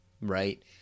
right